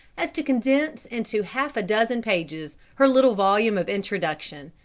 as to condense into half-a-dozen pages her little volume of introduction.